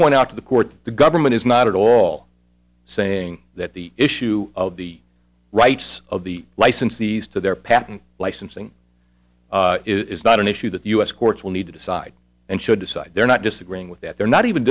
point out to the court that the government is not at all saying that the issue of the rights of the licensees to their patent licensing is not an issue that the u s courts will need to decide and should decide they're not disagreeing with that they're not even